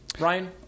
Ryan